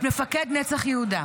את מפקד נצח יהודה,